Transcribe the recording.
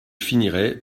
finirai